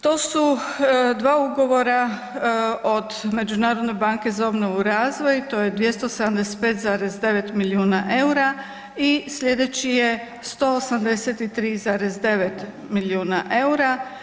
To su dva ugovora od Međunarodne banke za obnovu i razvoj to je 275,9 milijuna eura i sljedeći je 183,9 milijuna eura.